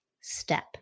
step